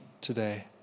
today